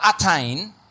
attain